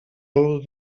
ról